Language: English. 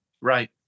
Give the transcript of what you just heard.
Right